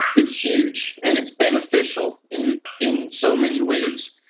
it's huge and it's beneficial in in so many ways.